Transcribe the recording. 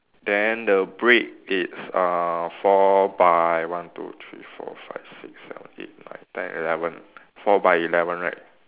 then the brick is uh four by one two three four five six seven eight nine ten eleven four by eleven right